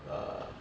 ah